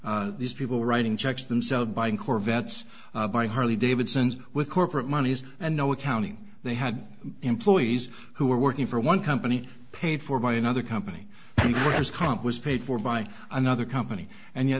these people writing checks themselves buying corvettes by harley davidsons with corporate monies and no accounting they had employees who were working for one company paid for by another company or as comp was paid for by another company and yet